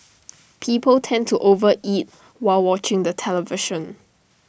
people tend to over eat while watching the television